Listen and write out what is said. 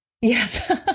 Yes